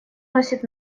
носит